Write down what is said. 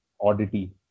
oddity